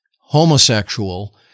homosexual